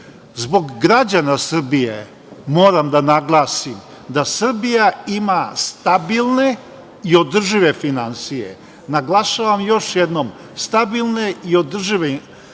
građana Srbije moram da naglasim da Srbija ima stabilne i održive finansije, naglašavam još jednom, stabilne i održive finansije.